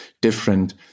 different